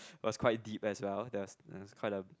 was quite deep as well the it's quite a